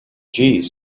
jeez